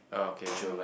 oh okay okay